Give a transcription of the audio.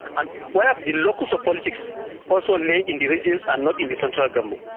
and where the locus of politics also lay in the regions and not in the central government.